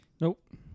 Nope